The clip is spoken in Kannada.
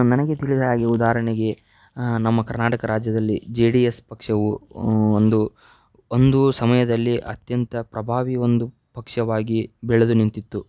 ನನಗೆ ತಿಳಿದ ಹಾಗೆ ಉದಾಹರಣೆಗೆ ನಮ್ಮ ಕರ್ನಾಟಕ ರಾಜ್ಯದಲ್ಲಿ ಜೆ ಡಿ ಎಸ್ ಪಕ್ಷವು ಒಂದು ಒಂದು ಸಮಯದಲ್ಲಿ ಅತ್ಯಂತ ಪ್ರಭಾವಿ ಒಂದು ಪಕ್ಷವಾಗಿ ಬೆಳೆದು ನಿಂತಿತ್ತು